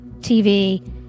TV